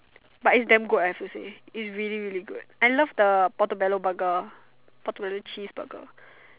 but is damn good I should say is really really good I love the Portobello burger Portobello cheese burger